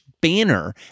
banner